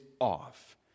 off